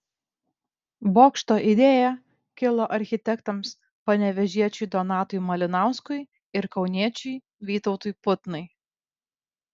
bokšto idėja kilo architektams panevėžiečiui donatui malinauskui ir kauniečiui vytautui putnai